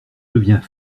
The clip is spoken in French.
deviens